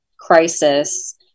crisis